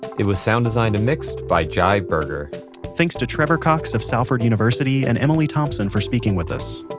it was sound designed and mixed by jai berger thanks to trevor cox of salford university and emily thompson for speaking with us.